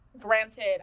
granted